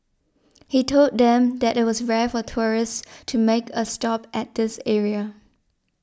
he told them that it was rare for tourists to make a stop at this area